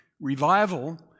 Revival